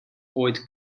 ooit